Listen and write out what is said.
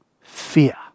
fear